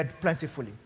plentifully